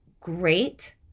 great